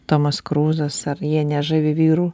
tomas kruzas ar jie nežavi vyrų